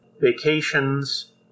vacations